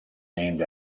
named